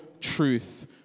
truth